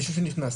מישהו שנכנס.